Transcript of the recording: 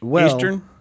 Eastern